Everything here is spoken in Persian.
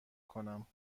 کنم